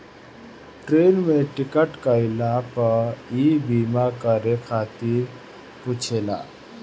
train में ticket कईला पअ इ बीमा करे खातिर पुछेला